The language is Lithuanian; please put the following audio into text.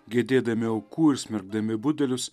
gedėdami aukų ir smerkdami budelius